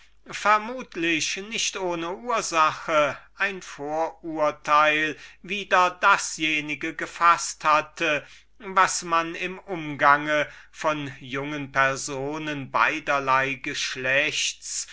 nicht ohne ursache ein vorurteil wider dasjenige gefaßt hatte was man im umgang von jungen personen beiderlei geschlechts